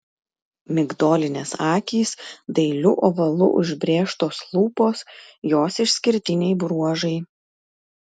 migdolinės akys dailiu ovalu užbrėžtos lūpos jos išskirtiniai bruožai